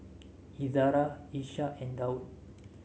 Izara Ishak and Daud